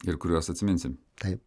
ir kuriuos atsiminsim taip